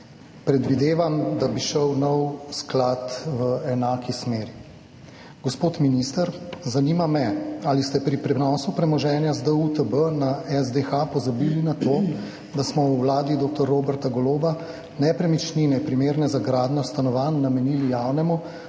Predvidevam, da bi šel novi sklad v enaki smeri. Gospod minister, zanima me: Ali ste pri prenosu premoženja z DUTB na SDH pozabili na to, da smo v vladi dr. Roberta Goloba nepremičnine, primerne za gradnjo stanovanj, namenili Javnemu